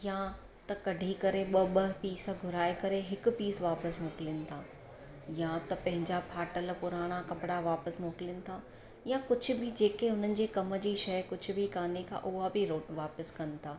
या त कढी करे ॿ ॿ पीस घुराए करे हिकु पीस वापसि मोकिलनि था या त पंहिंजा फाटल पुराणा कपिड़ा वापसि मोकिलन था या कुझु बि जेके हुननि जे कम जी शइ कुझु बि कान्हे का उहा बि रिट वापसि कनि था